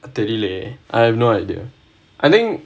தெரிலையே:therilaiyae leh I have no idea I think